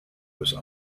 was